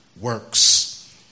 works